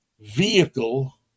vehicle